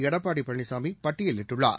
Edappadi Palaniswami பட்டியலிட்டுள்ளார்